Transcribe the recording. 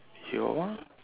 your one